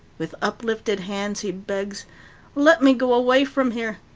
with uplifted hands he begs let me go away from here.